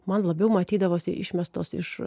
man labiau matydavosi išmestos iš